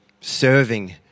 serving